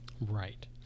Right